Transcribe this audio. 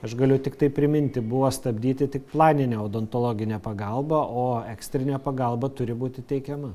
aš galiu tiktai priminti buvo stabdyti tik planinę odontologinę pagalbą o ekstrinė pagalba turi būti teikiama